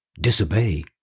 Disobey